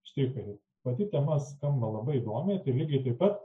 štrichai pati tema skamba labai įdomiai tai lygiai taip pat